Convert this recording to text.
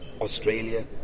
Australia